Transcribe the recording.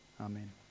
Amen